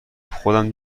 خودم